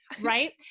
right